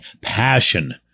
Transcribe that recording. passion